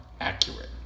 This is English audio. accurate